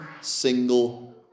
single